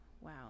Wow